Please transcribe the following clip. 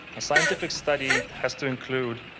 a scientific study has to include